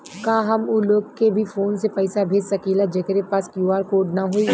का हम ऊ लोग के भी फोन से पैसा भेज सकीला जेकरे पास क्यू.आर कोड न होई?